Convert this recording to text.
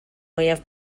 mwyaf